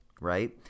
right